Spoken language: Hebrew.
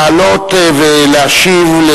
לעלות ולהשיב על